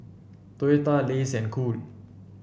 Toyota Lays and Cool